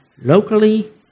locally